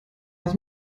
was